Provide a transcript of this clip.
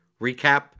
recap